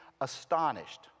astonished